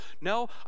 No